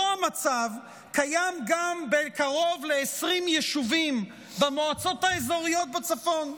אותו מצב קיים גם בקרוב ל-20 יישובים במועצות האזוריות בצפון.